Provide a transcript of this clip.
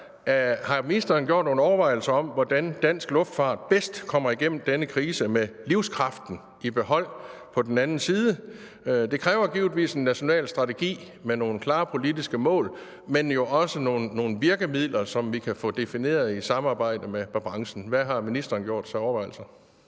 Har ministeren gjort sig nogle overvejelser om, hvordan dansk luftfart bedst kommer igennem denne krise med livskraften i behold på den anden side? Det kræver givetvis en national strategi med nogle klare politiske mål, men jo også nogle virkemidler, som vi kan få defineret i et samarbejde med branchen. Hvad har ministeren gjort sig af overvejelser?